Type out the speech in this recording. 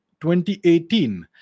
2018